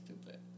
stupid